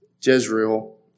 Jezreel